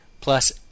plus